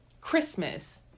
Christmas